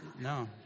no